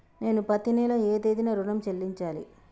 నేను పత్తి నెల ఏ తేదీనా ఋణం చెల్లించాలి?